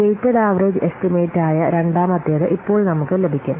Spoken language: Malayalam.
വെയ്റ്റഡ് ആവറെജ് എസ്റ്റിമേറ്റായ രണ്ടാമത്തേത് ഇപ്പോൾ നമുക്ക് ലഭിക്കും